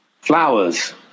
flowers